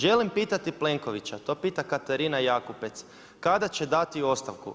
Želim pitati Plenkovića, to pita Katarina Jakupec, kada će dati ostavku?